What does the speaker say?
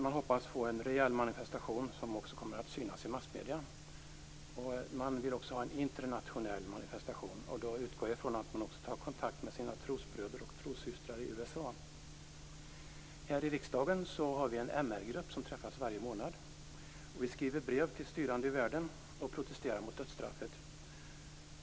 Man hoppas få en rejäl manifestation som också kommer att synas i massmedierna. Man vill också ha en internationell manifestation. Då utgår jag från att man också tar kontakt med sina trosbröder och trossystrar i USA. Här i riksdagen har vi en MR-grupp som träffas varje månad. Vi skriver brev till styrande i världen och protesterar mot dödsstraffet.